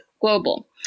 Global